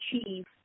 achieve